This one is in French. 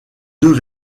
deux